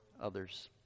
others